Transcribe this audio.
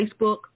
Facebook